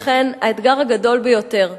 לכן, האתגר הגדול ביותר,